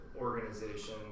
organization